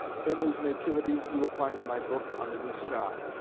him whose nativity you will find in my book on the new star.